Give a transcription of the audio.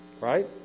Right